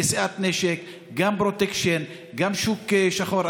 נשיאת נשק, גם פרוטקשן, גם שוק שחור.